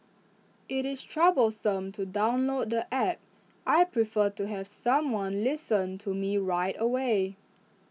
IT is troublesome to download the App I prefer to have someone listen to me right away